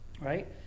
Right